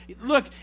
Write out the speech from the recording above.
look